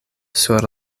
sur